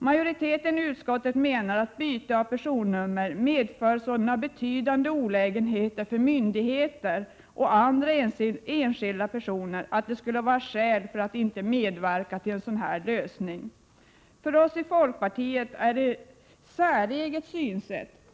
Majoriteten i utskottet menar att byte av personnummer medför sådana betydande olägenheter för myndigheter och andra enskilda personer att det skulle vara skäl för att inte medverka till en sådan lösning. För oss i folkpartiet är det ett säreget synsätt.